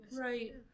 right